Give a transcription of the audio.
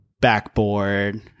backboard